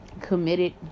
committed